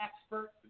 expert